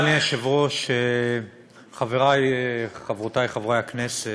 אדוני היושב-ראש, חברי וחברותי חברי הכנסת,